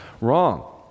wrong